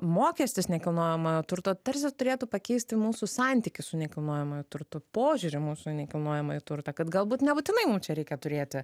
mokestis nekilnojamojo turto tarsi turėtų pakeisti mūsų santykį su nekilnojamuoju turtu požiūrį mūsų į nekilnojamąjį turtą kad galbūt nebūtinai mum čia reikia turėti